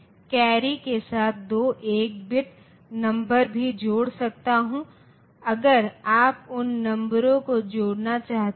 तो यह 110 है फिर 1 कैर्री है फिर 0 है फिर 1 आता है यह 0 हो जाता है और 1 कैर्री होता है